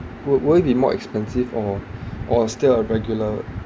w~ would it be more expensive or or still a regular